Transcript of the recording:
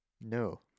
no